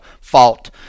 fault